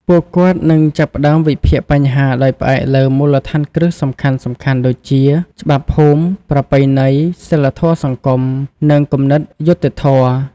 ពួកគាត់នឹងចាប់ផ្តើមវិភាគបញ្ហាដោយផ្អែកលើមូលដ្ឋានគ្រឹះសំខាន់ៗដូចជា ច្បាប់ភូមិ ប្រពៃណី សីលធម៌សង្គម និងគំនិតយុត្តិធម៌។